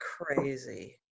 crazy